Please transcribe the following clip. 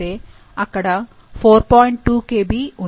2 Kb ఉంది